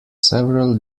several